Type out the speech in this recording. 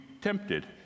tempted